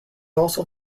also